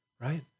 right